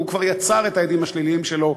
והוא כבר יצר את ההדים השליליים שלו,